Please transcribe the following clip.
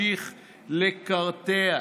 פתיחת משפטו של ראש